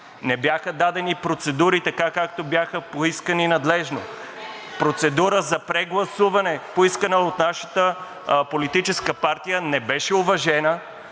не бяха дадени процедури, както бяха поискани надлежно. Процедура за прегласуване, поискана от нашата политическа партия, не беше уважена,